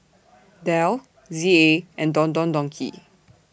Dell Z A and Don Don Donki